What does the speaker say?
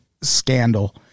scandal